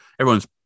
Everyone's